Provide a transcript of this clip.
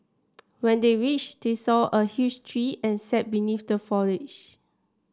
when they reached they saw a huge tree and sat beneath the foliage